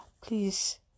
please